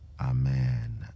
amen